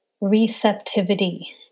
receptivity